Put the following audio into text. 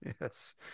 yes